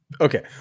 Okay